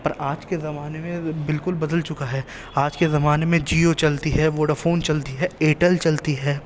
پر آج کے زمانے میں بالکل بدل چکا ہے آج کے زمانے میں جیو چلتی ہے ووڈا فون چلتی ہے ایرٹل چلتی ہے